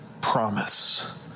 promise